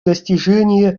достижения